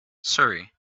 surrey